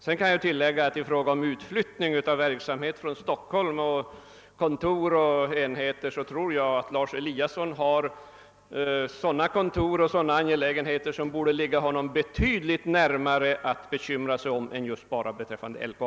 Sedan vill jag tillägga i fråga om utfiyttning av verksamheter, kontor och andra enheter från Stockholm att det finns andra verksamheter än LKAB som det borde ligga betydligt närmare till hands för herr Eliasson att bekymra sig om.